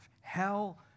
Hell